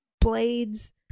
blades